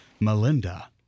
Melinda